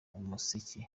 umuseke